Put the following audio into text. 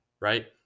right